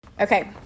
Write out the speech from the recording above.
Okay